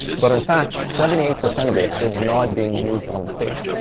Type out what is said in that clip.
but in fact, seventy eight percent of it is not being used on this page.